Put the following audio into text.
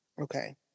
okay